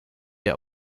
der